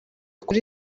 kuri